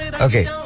Okay